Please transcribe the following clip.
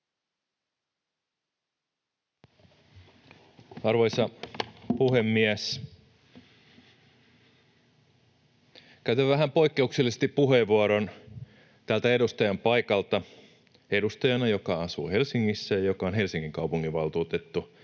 Arvoisa puhemies! Käytän vähän poikkeuksellisesti puheenvuoron täältä edustajan paikalta, edustajana, joka asuu Helsingissä ja joka on Helsingin kaupunginvaltuutettu.